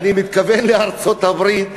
אני מתכוון לארצות-הברית,